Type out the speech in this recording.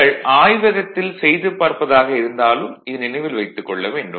நீங்கள் ஆய்வகத்தில் செய்து பார்ப்பதாக இருந்தாலும் இதை நினைவில் கொள்ள வேண்டும்